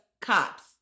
cops